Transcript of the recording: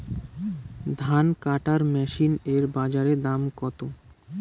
ধান কাটার মেশিন এর বাজারে দাম কতো?